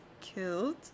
killed